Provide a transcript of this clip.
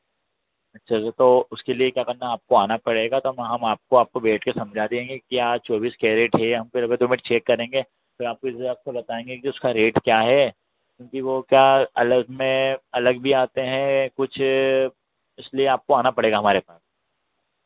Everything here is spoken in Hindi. अच्छे से तो उसके लिए क्या करना आपको आना पड़ेगा तो हम हम आपको आपको बैठ कर समझा देंगे क्या चौबीस कैरेट है हम पहले दो मिनट चेक करेंगे फिर आपको इस हिसाब से बताएँगे कि उसका रेट क्या है क्योंकि वो क्या अलग में अलग भी आते हैं कुछ इसलिए आपको आना पड़ेगा हमारे पास